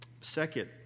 Second